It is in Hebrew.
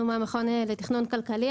אנחנו מהמכון לתכנון כלכלי.